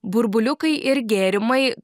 burbuliukai ir gėrimai